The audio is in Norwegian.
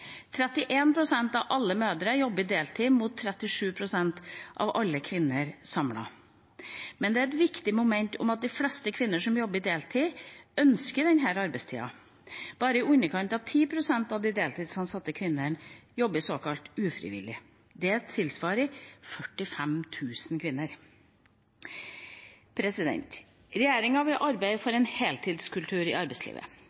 31 pst. av alle mødre jobber deltid, mot 37 pst. av alle kvinner samlet. Men et viktig moment er at de fleste kvinnene som jobber deltid, ønsker denne arbeidstida. Bare i underkant av 10 pst. av de deltidsansatte kvinnene jobber såkalt ufrivillig. Dette tilsvarer 45 000 kvinner. Regjeringa vil arbeide